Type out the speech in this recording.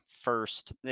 first